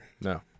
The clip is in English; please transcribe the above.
No